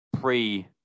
pre